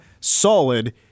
solid